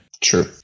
True